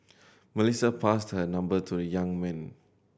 Melissa passed her number to a young man